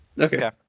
Okay